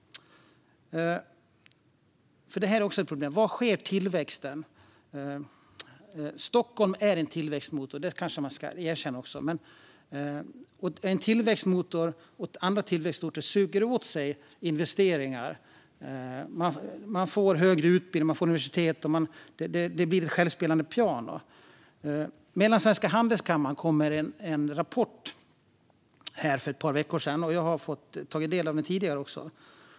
Detta är också ett problem: Var sker tillväxten? Stockholm är en tillväxtmotor; det kanske man ska erkänna. Tillväxtmotorer och andra tillväxtorter suger åt sig investeringar. Man får högre utbildning och universitet - det blir ett självspelande piano. Mellansvenska Handelskammaren kom med en rapport för ett par veckor sedan; jag har fått ta del av den även tidigare.